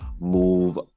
move